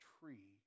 tree